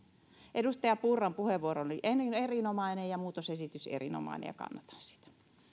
edustaja purran puheenvuoro oli erinomainen ja muutosesitys on erinomainen ja kannatan sitä